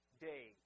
day